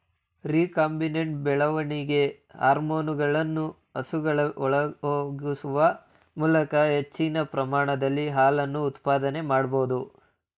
recombinant ಬೆಳವಣಿಗೆ ಹಾರ್ಮೋನುಗಳನ್ನು ಹಸುಗಳ ಒಳಹೊಗಿಸುವ ಮೂಲಕ ಹೆಚ್ಚಿನ ಪ್ರಮಾಣದ ಹಾಲಿನ ಉತ್ಪಾದನೆ ಮಾಡ್ಬೋದು